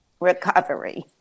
Recovery